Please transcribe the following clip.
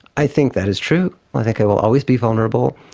i think that is true, i think i will always be vulnerable.